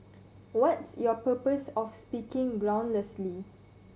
what's your purpose of speaking groundlessly